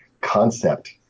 concept